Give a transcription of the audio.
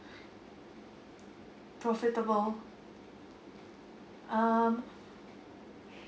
profitable um